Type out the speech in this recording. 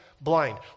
blind